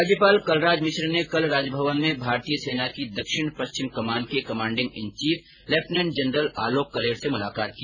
राज्यपाल कलराज मिश्र से कल राजभवन में भारतीय सेना की दक्षिण पश्चिम कमान के commanding in chief lieutenant general Alok Kaler ने मुलाकात की